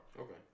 Okay